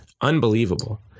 Unbelievable